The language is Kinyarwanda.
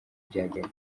byagenda